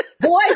Boy